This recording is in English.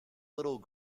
little